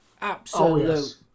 Absolute